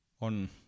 on